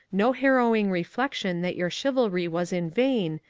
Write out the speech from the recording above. no harrowing reflection that your chivalry was in vain,